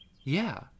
Yeah